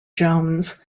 jones